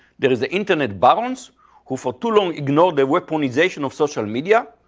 there is the internet barons who for too long ignored the weaponization of social media,